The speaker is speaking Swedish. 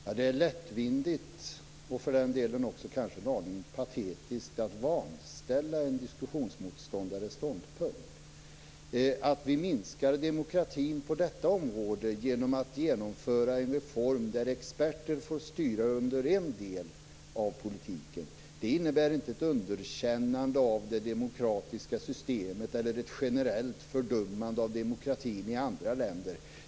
Fru talman! Det är lättvindigt, och för den delen kanske också en aning patetiskt, att vanställa en diskussionsmotståndares ståndpunkt. Att vi minskar demokratin på detta område, genom att genomföra en reform där experter får styra en del av politiken, innebär inte ett underkännande av det demokratiska systemet eller ett generellt fördömande av demokratin i andra länder.